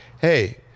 hey